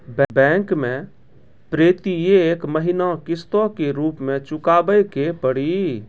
Bank मैं प्रेतियेक महीना किस्तो के रूप मे चुकाबै के पड़ी?